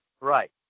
Right